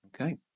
Okay